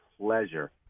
pleasure